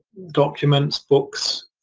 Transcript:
documents, books,